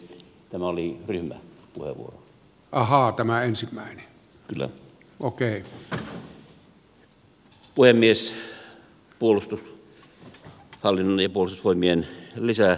hän oli ryhmä toivoo ahaa tämä ensin puolustushallinnon ja puolustusvoimien lisärahoituksesta